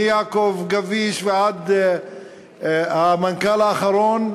ממשה גביש ועד המנכ"ל האחרון,